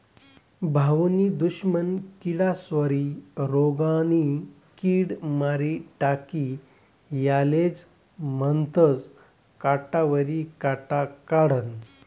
भाऊनी दुश्मन किडास्वरी रोगनी किड मारी टाकी यालेज म्हनतंस काटावरी काटा काढनं